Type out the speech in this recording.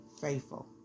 faithful